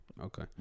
Okay